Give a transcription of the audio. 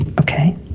Okay